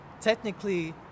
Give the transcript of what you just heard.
technically